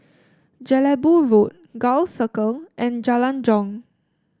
Jelebu Road Gul Circle and Jalan Jong